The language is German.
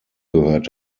gehört